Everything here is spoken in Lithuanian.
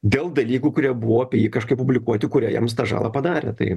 dėl dalykų kurie buvo apie jį kažkaip publikuoti kurie jiems tą žalą padarė tai